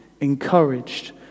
encouraged